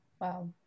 Wow